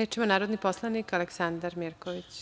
Reč ima narodni poslanik Aleksandar Mirković.